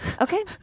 Okay